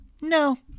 No